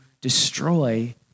destroy